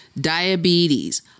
diabetes